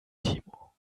timo